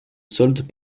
solde